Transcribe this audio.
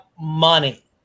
money